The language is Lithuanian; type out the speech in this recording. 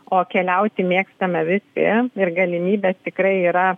o keliauti mėgstame visi ir galimybės tikrai yra